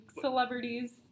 celebrities